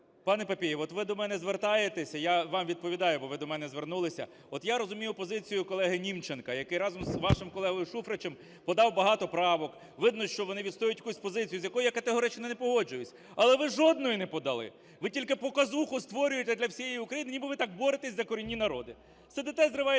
Пане Папієв, от ви до мене звертаєтеся, я вам відповідаю, бо ви до мене звернулися. От я розумію позицію колеги Німченка, який разом з вашим колегою Шуфричем подав багато правок, видно, що вони відстоюють якусь позицію, з якою я категорично не погоджуюсь, але ви жодної не подали. Ви тільки показуху створюєте для всієї України, ніби ви так боретесь за корінні народи. Сидите, зриваєте